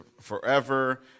forever